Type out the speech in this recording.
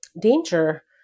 Danger